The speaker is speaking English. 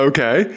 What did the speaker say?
Okay